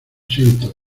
siento